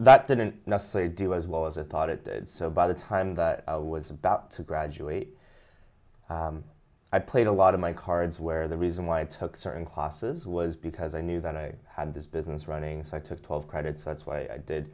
that didn't necessarily do as well as i thought it so by the time that i was about to graduate i played a lot of my cards where the reason why i took certain classes was because i knew that i had this business running so i took twelve credits that's why i